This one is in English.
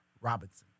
Robinson